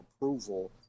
approval